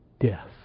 death